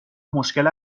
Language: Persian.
مشکل